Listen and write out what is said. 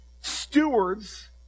stewards